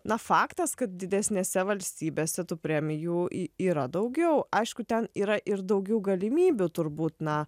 na faktas kad didesnėse valstybėse tų premijų į yra daugiau aišku ten yra ir daugiau galimybių turbūt na